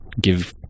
give